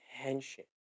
attention